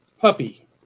Puppy